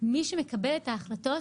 מי שמקבל את ההחלטות,